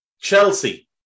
Chelsea